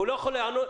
הוא לא יכול ליהנות